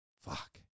fuck